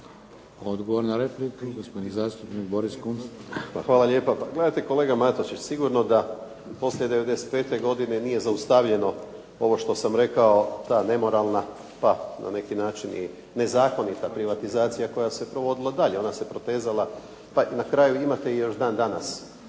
Odgovor na repliku gospodin zastupnik Boris Kunst. **Kunst, Boris (HDZ)** Hvala lijepa. Pa gledajte kolega Matušić, sigurno da poslije 95. godine nije zaustavljeno ovo što sam rekao ta nemoralna pa na neki način i nezakonita privatizacija koja se provodila dalje. Ona se protezala. Pa na kraju imate još dan danas